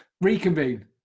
Reconvene